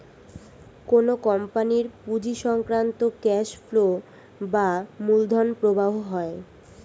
কোন কোম্পানির পুঁজি সংক্রান্ত ক্যাশ ফ্লো বা মূলধন প্রবাহ হয়